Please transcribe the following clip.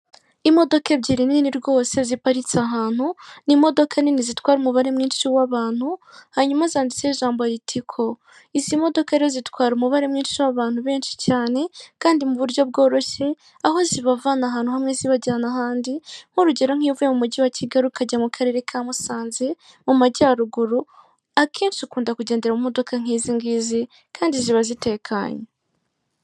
Imodoka ebyiri nini rwose ziparitse ahantu, ni imodoka nini zitwara umubare mwinshi w'abantu, hanyuma zanditseho ijambo ritiko, izi modoka rero zitwara umubare mwinshi w'abantu benshi cyane kandi mu buryo bworoshye, aho zibavana ahantu hamwe zibajyana ahandi nk'urugero nkiyo uvuye mu mujyi wa Kigali ukajya mu karere ka Musanze mu majyaruguru akenshi ukunda kugendera mu modoka nk'izi ngizi kandi ziba zitekanye.